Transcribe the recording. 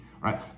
right